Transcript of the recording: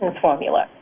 formula